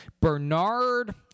Bernard